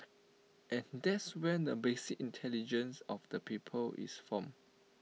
and that's where the basic intelligence of the people is formed